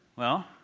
well,